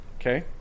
Okay